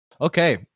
Okay